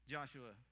Joshua